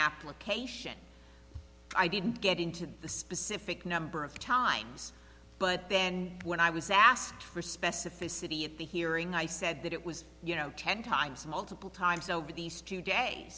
application i didn't get into the specific number of times but then when i was asked for specificity at the hearing i said that it was you know ten times multiple times over these two day